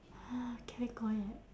can we go yet